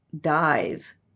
dies